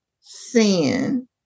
sin